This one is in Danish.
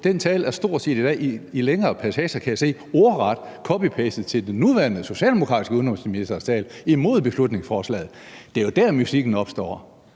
Den tale er stort set i dag, i længere passager kan jeg se, ordret copy-pastet til den nuværende socialdemokratiske udenrigsministers tale imod beslutningsforslaget. Det er jo der, mystikken opstår.